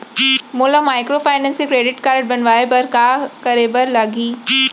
मोला माइक्रोफाइनेंस के credit card बनवाए बर का करे बर लागही?